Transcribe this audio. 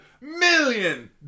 Million